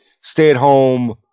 stay-at-home